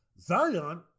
Zion